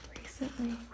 recently